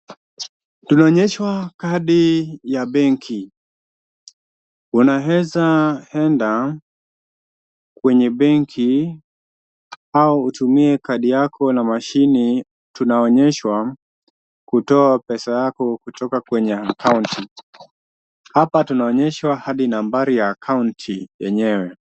Tunaonyeshwa kandi ya benki. Unaeza enda kwenye benki au utumie kandi yako na mashini tunaonyeshwa, kutoa pesa yako kutoka kwenye akaunti. Hapa tunaonyeshwa hadi nambari ya akaunti yenyewe.